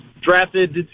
drafted